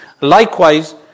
Likewise